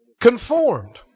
Conformed